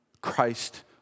Christ